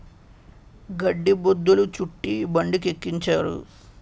గడ్డి బొద్ధులు చుట్టి బండికెక్కించారు